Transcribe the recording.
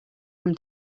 from